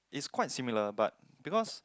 it's quite similar but because